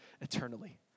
eternally